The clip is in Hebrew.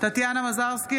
טטיאנה מזרסקי,